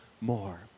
more